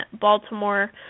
Baltimore